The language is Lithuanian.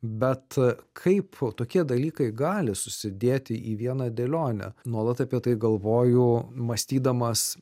bet kaip tokie dalykai gali susidėti į vieną dėlionę nuolat apie tai galvoju mąstydamas